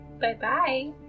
Bye-bye